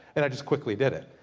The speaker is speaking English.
and i just quickly did it.